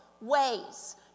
ways